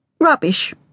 Rubbish